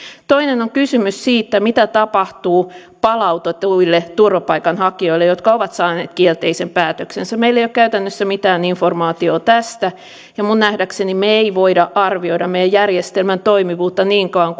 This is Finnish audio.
toinen on kysymys siitä mitä tapahtuu palautetuille turvapaikanhakijoille jotka ovat saaneet kielteisen päätöksen meillä ei ole käytännössä mitään informaatiota tästä ja minun nähdäkseni me emme voi arvioida meidän järjestelmämme toimivuutta niin kauan